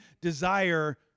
desire